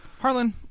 Harlan